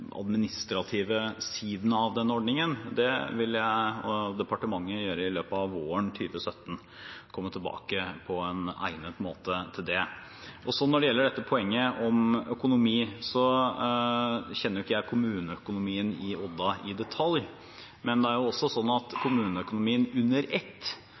administrative sidene ved denne ordningen vil jeg og departementet arbeide med i løpet av våren 2017, og vi vil komme tilbake til det på egnet måte. Når det gjelder dette poenget om økonomi, kjenner ikke jeg kommuneøkonomien i Odda i detalj, men i kommuneøkonomien under ett har det